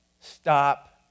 Stop